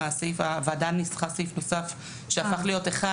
הוועדה ניסחה סעיף נוסף שהפך להיות אחד.